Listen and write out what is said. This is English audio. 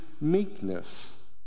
meekness